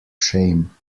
shame